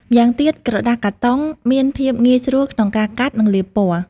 ម៉្យាងទៀតក្រដាសកាតុងមានភាពងាយស្រួលក្នុងការកាត់ និងលាបពណ៌។